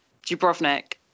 Dubrovnik